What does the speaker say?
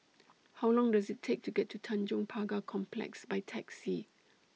How Long Does IT Take to get to Tanjong Pagar Complex By Taxi